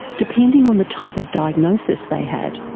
depending on the type of diagnosis they had.